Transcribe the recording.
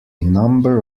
number